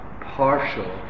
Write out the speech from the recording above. partial